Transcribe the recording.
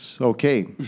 Okay